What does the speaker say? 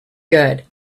good